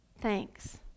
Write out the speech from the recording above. thanks